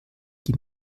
die